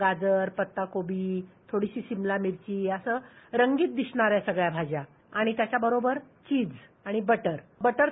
गाजर पत्ताकोबी थोडीशी सिमला मिरची असं रंगीत दिसणाऱ्या सगळ्या भाज्या आणि त्याच्याबरोबर चीज आणि बटर